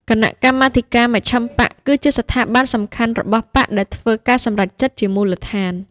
គណៈកម្មាធិការមជ្ឈិមបក្សគឺជាស្ថាប័នសំខាន់របស់បក្សដែលធ្វើការសម្រេចចិត្តជាមូលដ្ឋាន ។